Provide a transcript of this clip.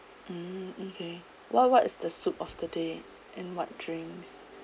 mm okay what what is the soup of the day and what drinks